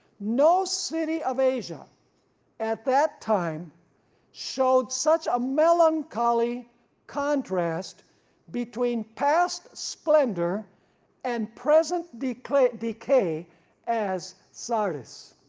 no city of asia at that time showed such a melancholy contrast between past splendor and present decay decay as sardis,